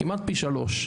כמעט פי שלוש.